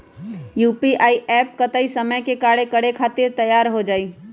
UPI app कतेइक समय मे कार्य करे खातीर तैयार हो जाई?